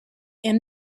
end